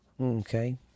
Okay